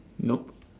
nope